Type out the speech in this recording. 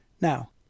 Now